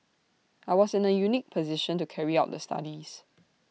I was in A unique position to carry out the studies